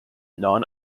non